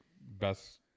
best